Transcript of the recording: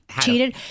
cheated